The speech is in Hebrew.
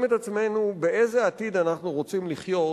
את עצמנו באיזה עתיד אנחנו רוצים לחיות,